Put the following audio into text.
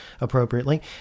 appropriately